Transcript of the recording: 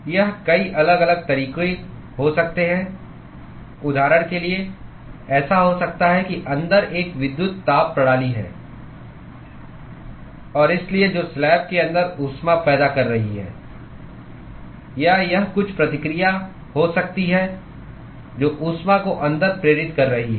यह कई अलग अलग तरीके हो सकते हैं उदाहरण के लिए ऐसा हो सकता है कि अंदर एक विद्युत ताप प्रणाली है और इसलिए जो स्लैब के अंदर ऊष्मा पैदा कर रही है या यह कुछ प्रतिक्रिया हो सकती है जो ऊष्मा को अंदर प्रेरित कर रही है